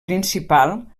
principal